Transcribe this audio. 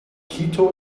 quito